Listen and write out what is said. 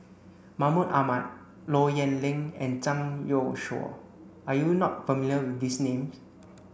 Mahmud Ahmad Low Yen Ling and Zhang Youshuo are you not familiar with these name